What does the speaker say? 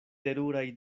teruraj